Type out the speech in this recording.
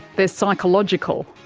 they're psychological.